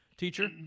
teacher